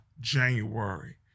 January